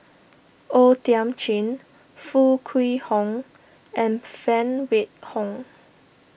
O Thiam Chin Foo Kwee Horng and Phan Wait Hong